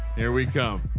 here we go.